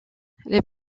les